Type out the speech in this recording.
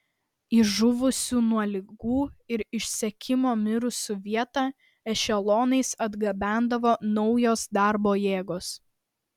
į žuvusių nuo ligų ir išsekimo mirusių vietą ešelonais atgabendavo naujos darbo jėgos